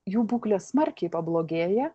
jų būklė smarkiai pablogėja